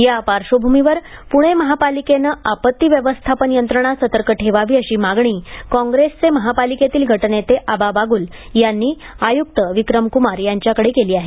या पार्श्वभ्रमीवर प्णे महानगरपालिकेनं आपत्ती व्यवस्थापन यंत्रणा सतर्क ठेवावी अशी मागणी काँग्रेसचे महापालिकेतील गटनेते आबा बागुल यांनी आयुक्त विक्रम कुमार यांच्याकडे केली आहे